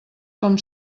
com